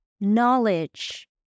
knowledge